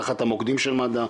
תחת המוקדים של מד"א,